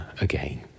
again